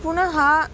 पुनः